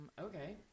okay